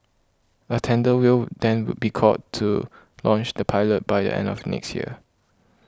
a tender will then be called to launch the pilot by the end of next year